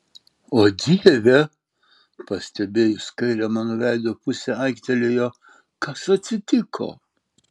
o dieve pastebėjus kairę mano veido pusę aiktelėjo kas atsitiko